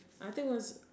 I think was